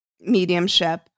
mediumship